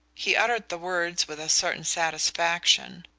he uttered the words with a certain satisfaction.